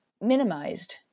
minimized